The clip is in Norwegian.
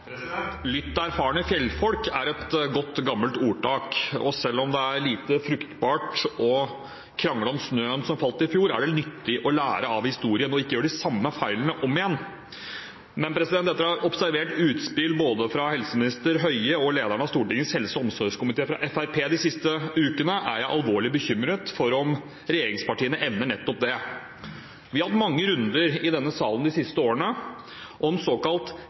erfarne fjellfolk» er et godt, gammelt ordtak, og selv om det er lite fruktbart å krangle om snøen som falt i fjor, er det nyttig å lære av historien og ikke gjøre de samme feilene om igjen. Men etter å ha observert utspill fra både helseminister Høie og lederen av Stortingets helse- og omsorgskomité, fra Fremskrittspartiet, de siste ukene, er jeg alvorlig bekymret for om regjeringspartiene evner nettopp det. Vi har hatt mange runder i denne salen de siste årene om såkalt